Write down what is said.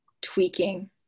tweaking